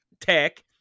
tech